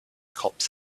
cops